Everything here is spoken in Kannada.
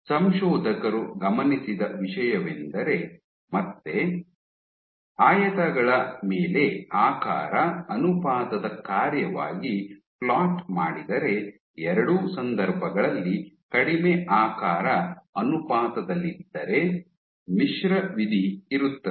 ಸಂಶೋಧಕರು ಗಮನಿಸಿದ ವಿಷಯವೆಂದರೆ ಮತ್ತೆ ಆಯತಗಳ ಮೇಲೆ ಆಕಾರ ಅನುಪಾತದ ಕಾರ್ಯವಾಗಿ ಫ್ಲೋಟ್ ಮಾಡಿದರೆ ಎರಡೂ ಸಂದರ್ಭಗಳಲ್ಲಿ ಕಡಿಮೆ ಆಕಾರ ಅನುಪಾತದಲ್ಲಿದ್ದರೆ ಮಿಶ್ರ ವಿಧಿ ಇರುತ್ತದೆ